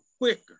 quicker